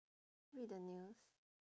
read the news